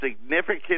significant